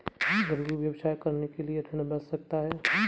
घरेलू व्यवसाय करने के लिए ऋण मिल सकता है?